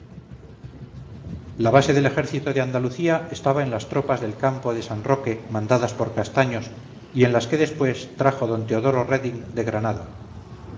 la base del ejército de andalucía estaba en las tropas del campo de san roque mandadas por castaños y en las que después trajo d teodoro reding de granada